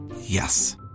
Yes